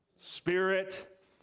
Spirit